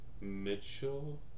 Mitchell